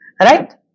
Right